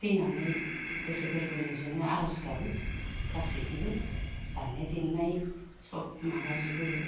फैनानै गोसो गोरबोनिजोंनो आर'ज गाबो गासैखोबो दामनाय देनाय सब माबा जोबबोयो